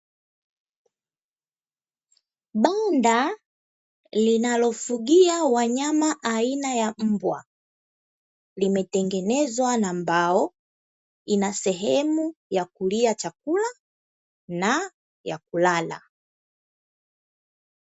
Banda linalofugia wanyama aina ya mbwa, limetengenezwa na mbao, ina sehemu ya kulia chakula na ya kulala.